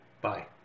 Bye